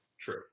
true